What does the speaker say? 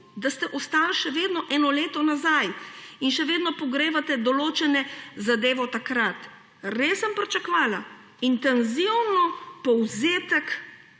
da ste ostali še vedno eno leto nazaj in še vedno pogrevate določene zadeve od takrat. Res sem pričakovala intenziven povzetek